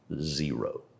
zero